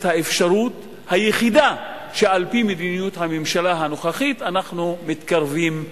את האפשרות היחידה שעל-פי מדיניות הממשלה הנוכחית אנחנו מתקרבים אליה,